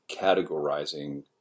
categorizing